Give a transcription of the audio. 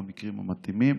במקרים המתאימים,